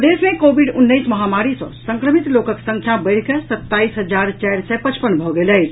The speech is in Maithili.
प्रदेश मे कोविड उन्नैस महामारी सँ संक्रमित लोकक संख्या बढ़िकऽ सत्ताईस हजार चारि सय पचपन भऽ गेल अछि